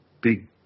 big